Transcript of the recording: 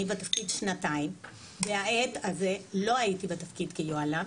אני בתפקיד שנתיים ובעת הזה לא הייתי בתפקיד כיוהל”ם.